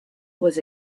was